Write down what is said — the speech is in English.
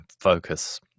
focus